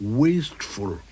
wasteful